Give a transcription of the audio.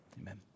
Amen